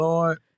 Lord